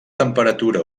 temperatura